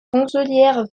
chancelière